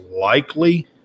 likely